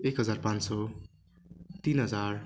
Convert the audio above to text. एक हजार पाँच सौ तिन हजार